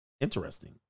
Interesting